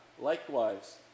likewise